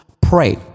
pray